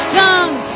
tongue